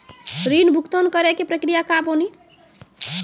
ऋण भुगतान करे के प्रक्रिया का बानी?